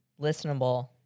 listenable